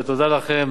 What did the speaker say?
ותודה לכם,